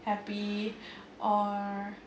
happy or